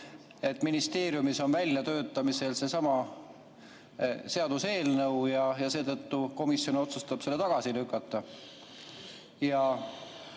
et ministeeriumis on väljatöötamisel seesama seaduseelnõu ja seetõttu komisjon otsustab selle tagasi lükata.